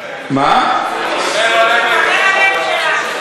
הלב היהודי שלכם,